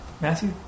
Matthew